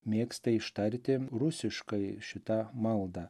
mėgsta ištarti rusiškai šitą maldą